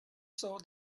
saw